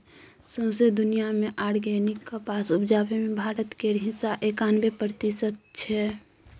सौंसे दुनियाँ मे आर्गेनिक कपास उपजाबै मे भारत केर हिस्सा एकानबे प्रतिशत छै